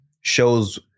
shows